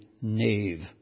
nave